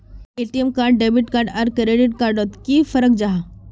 ATM card debit card आर credit card डोट की फरक जाहा?